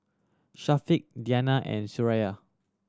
Syafiq Diyana and Suraya